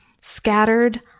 scattered